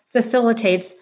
facilitates